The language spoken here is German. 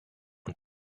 und